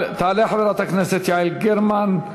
תעלה חברת הכנסת יעל גרמן,